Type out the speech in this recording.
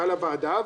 בא לוועדה,